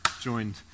joined